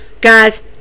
Guys